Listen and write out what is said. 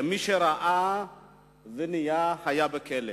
כמי שראה והיה בכלא.